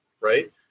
right